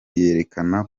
yerekana